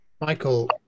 Michael